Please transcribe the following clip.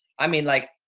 i mean like,